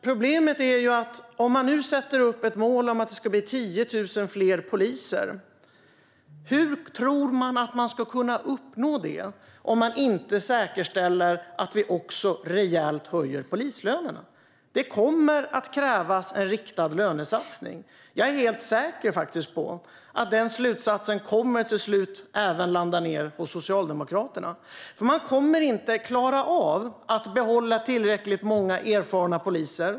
Problemet är att om man nu sätter upp ett mål om att det ska bli 10 000 fler poliser, hur tror man att man ska kunna uppnå det om man inte säkerställer att vi också höjer polislönerna rejält? Det kommer att krävas en riktad lönesatsning. Jag är helt säker på att den slutsatsen till slut även kommer att landa hos Socialdemokraterna. Man kommer inte att klara av att behålla tillräckligt många erfarna poliser.